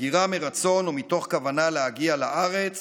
הגירה מרצון ומתוך כוונה להגיע לארץ